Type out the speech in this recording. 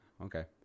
okay